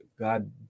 God